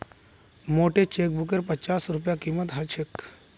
मोटे चेकबुकेर पच्चास रूपए कीमत ह छेक